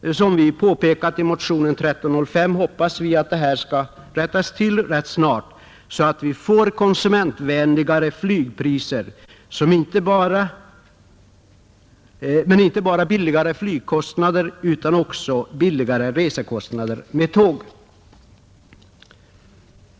Men som vi påpekat i motionen 1305 hoppas vi att det skall snart rättas till, så att vi får inte bara konsumentvänligare flygpriser utan också lägre biljettpriser på tåg.